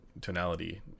tonality